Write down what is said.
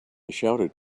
shouted